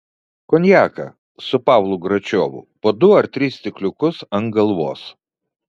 konjaką su pavlu gračiovu po du ar tris stikliukus ant galvos